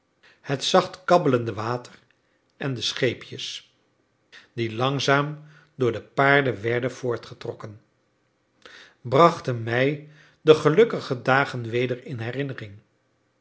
het zacht kabbelende water en de scheepjes die langzaam door de paarden werden voortgetrokken brachten mij de gelukkige dagen weder in herinnering